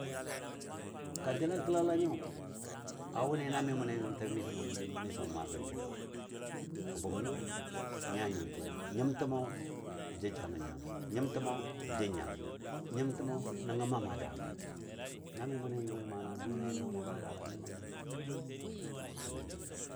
kanjəla gəlala nyo a wʊnɨ na mi mʊ nən nyimtəmi miso mʊ maa gənne, a bʊm nyo nya, nyimtəmɔ, nyimtəmo jəjalən nyan, nyimtəmɔ n jə nyan, nyimtəmɔ nəngɔ n mamɔ a daalai na mɨ mu nən nyimtəmɨ, a mana nʊni nɔɔlɨ a maa daala mɨ mam woi gənanyo.